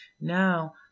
Now